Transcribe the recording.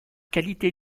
qualités